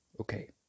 okay